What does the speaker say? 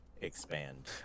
expand